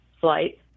flight